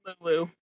Lulu